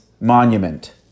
Monument